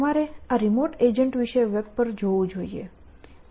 તમારે આ remote agent વિશે વેબ પર જોવું જોઈએ